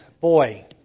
boy